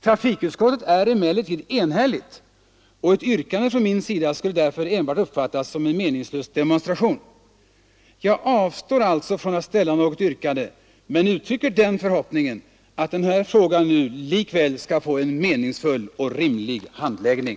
Trafikutskottet är emellertid enhälligt och ett yrkande från min sida skulle därför enbart uppfattas som en meningslös demonstration. Jag avstår alltså från att ställa något yrkande men uttrycker den förhoppningen, att den här frågan nu likväl skall få en meningsfull och rimlig handläggning.